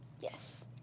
Yes